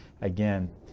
again